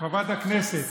חברת הכנסת,